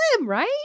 right